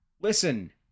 Listen